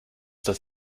das